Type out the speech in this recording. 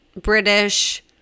British